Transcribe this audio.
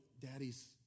daddy's